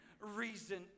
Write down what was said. reason